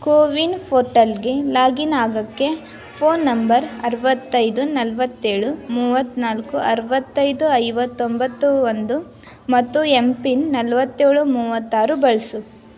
ಕೋವಿನ್ ಪೋರ್ಟಲ್ಗೆ ಲಾಗಿನ್ ಆಗೋಕ್ಕೆ phone number ಅರವತ್ತೈದು ನಲವತ್ತೇಳು ಮೂವತ್ತ್ನಾಲ್ಕು ಅರವತ್ತೈದು ಐವತ್ತೊಂಬತ್ತು ಒಂದು ಮತ್ತು ಎಂ ಪಿನ್ ನಲವತ್ತೇಳು ಮೂವತ್ತಾರು ಬಳಸು